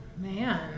Man